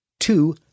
Two